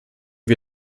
wir